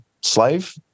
slave